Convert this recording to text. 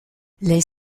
les